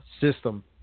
system